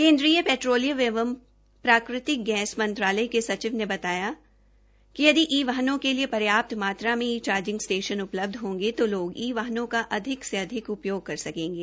केन्द्रीय पैट्रोलियम एवं प्राकृतिक गैस मंत्रालय के सचिव ने बताया कि यदि ई वाहनों के लिए पर्याप्त मात्रा में ई चार्जिंग स्टेशन उपलब्ध होंगें तो लोग ई वाहनों का अधिक से अधिक उपयोग कर सकेंगे